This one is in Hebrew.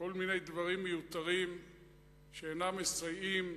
כל מיני דברים מיותרים שאינם מסייעים,